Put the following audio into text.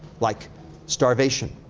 like starvation,